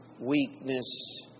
weakness